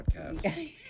podcast